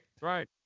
Right